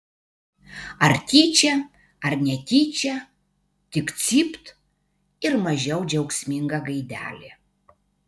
ar tyčia ar netyčia tik cypt ir mažiau džiaugsminga gaidelė